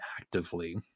actively